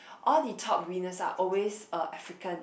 all the top winners are always uh African